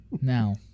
Now